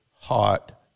hot